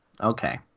Okay